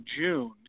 June